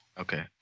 Okay